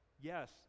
Yes